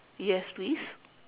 yes please